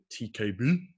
TKB